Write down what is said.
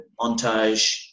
montage